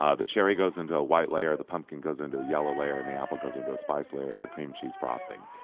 ah the cherry goes into a white layer, the pumpkin goes into a yellow layer and the apple goes into a spice layer. it's a cream cheese frosting.